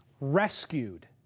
rescued